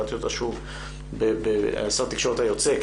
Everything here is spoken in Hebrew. קראתי שוב על שר התקשורת היוצא,